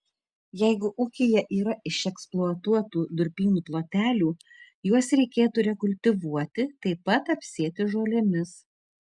jeigu ūkyje yra išeksploatuotų durpynų plotelių juos reikėtų rekultivuoti taip pat apsėti žolėmis